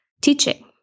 teaching